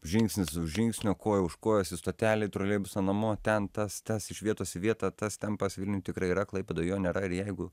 žingsnis už žingsnio koja už kojos į stotelę troleibuso namo ten tas tas iš vietos į vietą tas tempas vilniuj tikrai yra klaipėdoj jo nėra ir jeigu